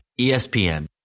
ESPN